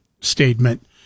statement